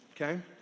okay